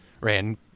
ran